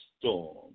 storm